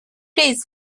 days